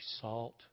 salt